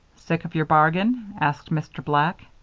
sick of your bargain? asked mr. black.